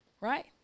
right